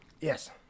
Yes